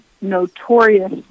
notorious